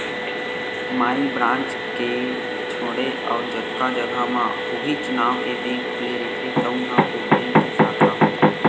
माई branch के छोड़े अउ जतका जघा म उहींच नांव के बेंक खुले रहिथे तउन ह ओ बेंक के साखा होथे